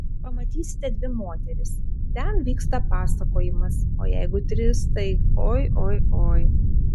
pamatysite dvi moteris ten vyksta pasakojimas o jeigu tris tai oi oi oi